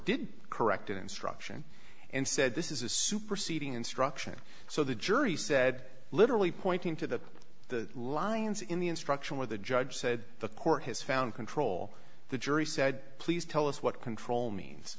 did correct an instruction and said this is a superseding instruction so the jury said literally pointing to the lines in the instruction of the judge said the court has found control the jury said please tell us what control means